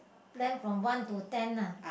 plan from one to ten lah